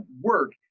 work